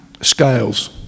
Scales